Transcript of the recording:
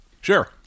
Sure